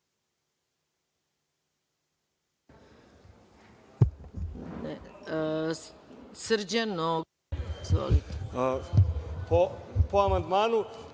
Po amandmanu,